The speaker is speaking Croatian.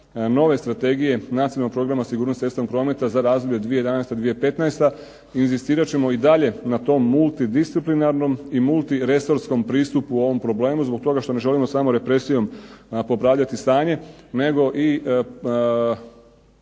nove strategije nacionalnog programa sigurnosti cestovnog prometa za razdoblje od 2011. - 2015. Inzistirat ćemo i dalje na tom multidisciplinarnom i multiresorskom pristupu ovom problemu zbog toga što ne želimo samo represijom popravljati stanje, nego i